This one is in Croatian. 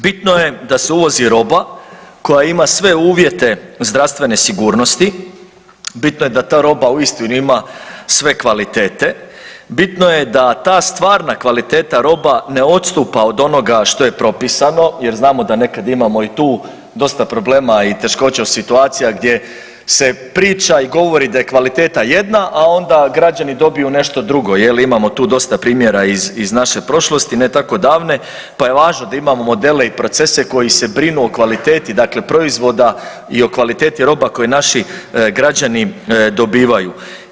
Bitno je da se uvozi roba koja ima sve uvjete zdravstvene sigurnosti, bitno je da ta roba uistinu ima sve kvalitete, bitno je da ta stvarna kvaliteta roba ne odstupa od onoga što je propisano jer znamo da nekad imamo i tu dosta problema i teškoća u situacija gdje se priča i govori da je kvaliteta jedna a onda građani dobiju nešto drugo, jel, imamo tu dosta primjera iz naše prošlosti ne tako davne pa je važno da imamo modele i procese koji se brinu o kvaliteti, dakle proizvoda i o kvaliteti roba koji naši građani dobivaju.